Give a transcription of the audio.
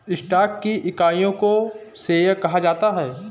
stock की इकाइयों को शेयर कहा जाता है